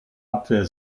abwehr